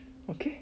okay